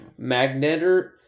magnetor